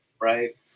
right